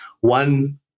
one